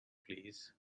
please